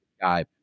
guy